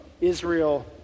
Israel